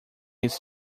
his